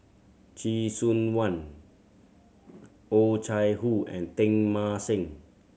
Chee Soon One Oh Chai Hoo and Teng Mah Seng